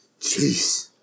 Jeez